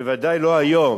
ובוודאי לא היום.